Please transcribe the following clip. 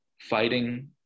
fighting